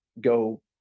go